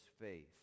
faith